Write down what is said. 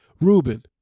ruben